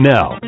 Now